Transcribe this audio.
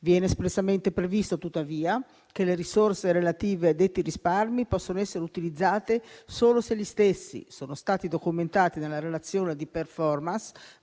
Viene espressamente previsto, tuttavia, che le risorse relative a detti risparmi possono essere utilizzate solo se gli stessi sono stati documentati nella relazione di *performance*,